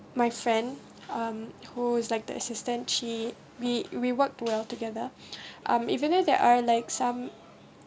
my friend um who is like the assistant she we we worked well together um even though there are like some